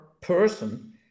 person